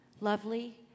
lovely